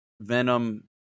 Venom